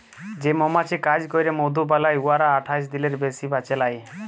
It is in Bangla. যে মমাছি কাজ ক্যইরে মধু বালাই উয়ারা আঠাশ দিলের বেশি বাঁচে লায়